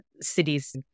cities